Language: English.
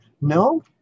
no